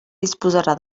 disposarà